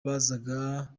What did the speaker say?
bazajya